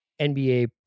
nba